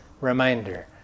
reminder